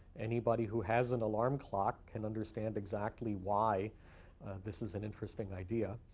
anybody who has an alarm clock can understand exactly why this is an interesting idea.